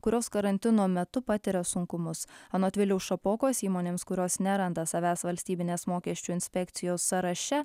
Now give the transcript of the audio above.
kurios karantino metu patiria sunkumus anot viliaus šapokos įmonėms kurios neranda savęs valstybinės mokesčių inspekcijos sąraše